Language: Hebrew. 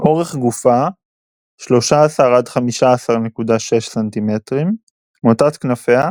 אורך גופה 13-15.6 ס"מ, מוטת כנפיה